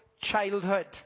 childhood